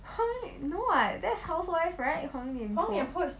黄脸 no what that's housewife right 黄脸婆